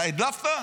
אתה הדלפת?